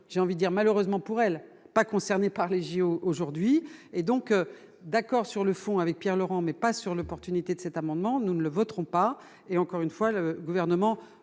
j'ai envie dire malheureusement pour elle, pas concernés par les JO aujourd'hui et donc d'accord sur le fond avec Pierre Laurent, mais pas sur le porte-unité de cet amendement, nous ne voterons pas et encore une fois, le gouvernement,